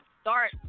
start